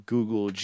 Google